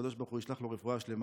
שהקדוש ברוך הוא ישלח לו רפואה שלמה.